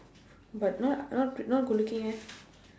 but not not not good looking eh